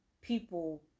people